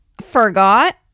forgot